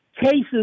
cases